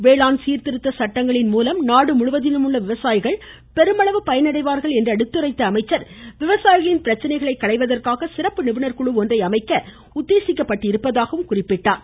வேளாண் சீர்திருத்த சட்டங்களின் மூலம் நாடுமுழுவதிலும் உள்ள விவசாயிகள் பெருமளவு பயனடைவார்கள் என்று எடுத்துரைத்த அவர் விவசாயிகளின் பிரச்சனைகளை களைவதற்காக சிறப்பு நிபுணர் குழு ஒன்றை அமைக்க உத்தேசிக்கப்பட்டிருப்பதாகவும் கூறினார்